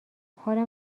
حالم